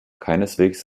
keineswegs